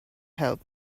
help